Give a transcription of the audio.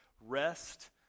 rest